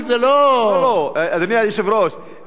רק אם יש לשר לוח זמנים לגבי כביש 31,